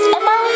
Emma